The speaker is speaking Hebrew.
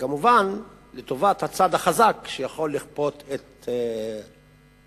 וכמובן לטובת הצד החזק שיכול לכפות את עמדתו,